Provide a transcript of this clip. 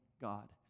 God